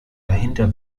dahinter